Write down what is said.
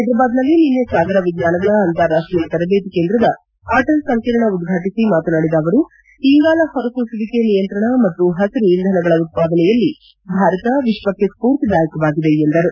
ಪೈದರಾಬಾದ್ನಲ್ಲಿ ನಿನ್ನೆ ಸಾಗರ ವಿಜ್ಞಾನಗಳ ಅಂತಾರಾಷ್ಟೀಯ ತರಬೇತಿ ಕೇಂದ್ರದ ಅಟಲ್ ಸಂಕೀರ್ಣ ಉದ್ವಾಟಿಸಿ ಮಾತನಾಡಿದ ಅವರು ಇಂಗಾಲ ಪೊರಸೂಸುವಿಕೆ ನಿಯಂತ್ರಣ ಮತ್ತು ಪಸಿರು ಇಂಧನಗಳ ಉತ್ಪಾದನೆಯಲ್ಲಿ ಭಾರತ ವಿಶ್ವಕ್ಷೆ ಸ್ಪೂರ್ತಿದಾಯಕವಾಗಿದೆ ಎಂದರು